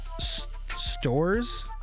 stores